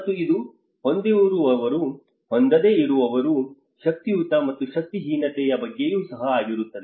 ಮತ್ತು ಇದು ಹೊಂದಿರುವವರು ಹೊಂದದೇ ಇರುವವರ ಶಕ್ತಿಯುತ ಮತ್ತು ಶಕ್ತಿಹೀನತೆಯ ಬಗ್ಗೆಯೂ ಸಹ ಆಗಿರುತ್ತದೆ